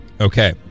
Okay